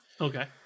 Okay